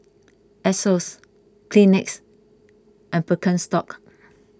Asos Kleenex and Birkenstock